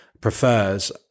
prefers